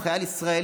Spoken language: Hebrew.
הוא חייל ישראלי,